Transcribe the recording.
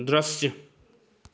दृश्य